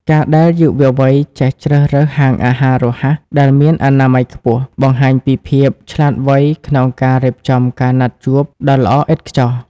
ការដែលយុវវ័យចេះជ្រើសរើសហាងអាហាររហ័សដែលមានអនាម័យខ្ពស់ បង្ហាញពីភាពឆ្លាតវៃក្នុងការរៀបចំការណាត់ជួបដ៏ល្អឥតខ្ចោះ។